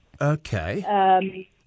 Okay